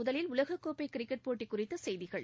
முதவில் உலகக்கோப்பை கிரிக்கெட் போட்டி குறித்த செய்திகள்